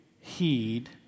heed